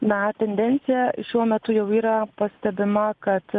na tendencija šiuo metu jau yra pastebima kad